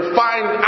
find